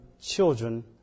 children